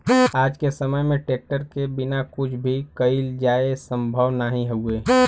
आज के समय में ट्रेक्टर के बिना कुछ भी कईल जाये संभव नाही हउवे